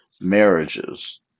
marriages